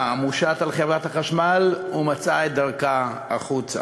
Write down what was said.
המושת על חברת החשמל ומצאה את דרכה החוצה.